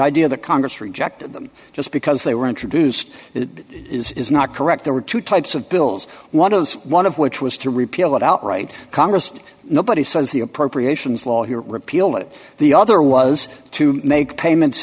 idea that congress rejected them just because they were introduced it is not correct there were two types of bills one of those one of which was to repeal it outright congress nobody says the appropriations law here repeal it the other was to make payments